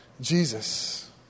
Jesus